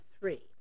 three